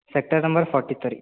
sector number forty three